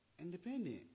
independent